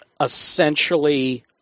Essentially